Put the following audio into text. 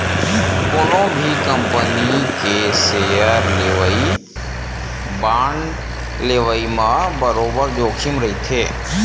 कोनो भी कंपनी के सेयर लेवई, बांड लेवई म बरोबर जोखिम रहिथे